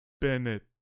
Bennett